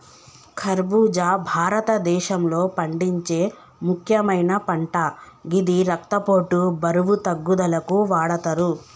ఖర్బుజా భారతదేశంలో పండించే ముక్యమైన పంట గిది రక్తపోటు, బరువు తగ్గుదలకు వాడతరు